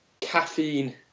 caffeine